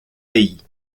pays